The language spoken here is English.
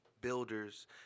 builders